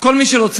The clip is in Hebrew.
כל מי שרוצה,